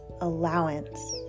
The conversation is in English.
allowance